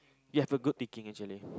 you have a good thinking actually